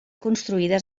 construïdes